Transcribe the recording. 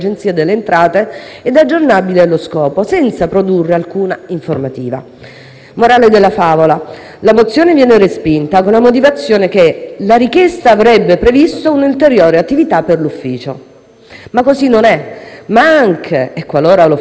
morale della favola è che la mozione viene respinta con la motivazione che la richiesta avrebbe previsto un'ulteriore attività per l'ufficio. Così non è, ma anche e qualora lo fosse e si dovessero impegnare risorse umane non economiche per garantire l'imparzialità